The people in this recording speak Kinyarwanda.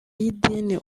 y’idini